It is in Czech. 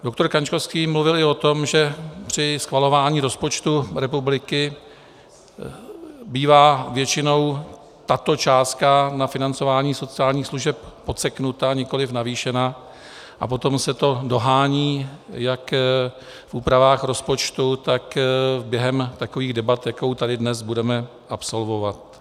Doktor Kaňkovský mluvil i o tom, že při schvalování rozpočtu republiky bývá většinou tato částka na financování sociálních služeb podseknuta, nikoliv navýšena, a potom se to dohání jak v úpravách rozpočtu, tak během takových debat, jakou tady dnes budeme absolvovat.